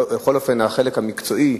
בכל אופן החלק המקצועי,